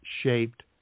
shaped